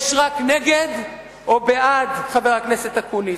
יש רק נגד או בעד, חבר הכנסת אקוניס.